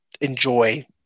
enjoy